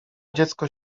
dziecko